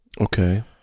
Okay